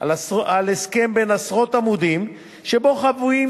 על הסכם בן עשרות עמודים שבו חבויים